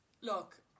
look